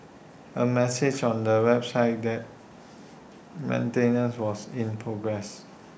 A message on the website that maintenance was in progress